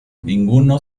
ninguno